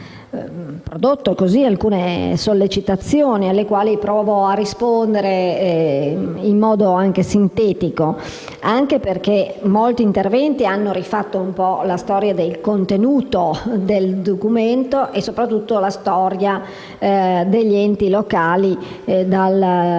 prodotto alcune sollecitazioni cui provo a rispondere in modo sintetico, anche perché molti interventi hanno ripercorso un po' la storia del contenuto del documento e, soprattutto, la storia degli enti locali dal 2010-